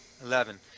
eleven